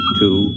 two